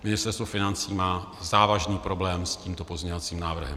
Ministerstvo financí má závažný problém s tímto pozměňovacím návrhem.